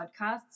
podcasts